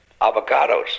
Avocados